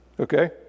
Okay